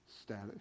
status